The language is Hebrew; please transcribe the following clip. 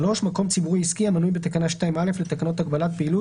מקום ציבורי או עסקי המנוי בתקנה 2(א) לתקנות הגבלת פעילות,